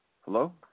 Hello